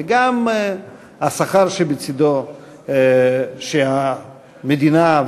וגם השכר שבצדו שהמדינה,